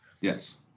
Yes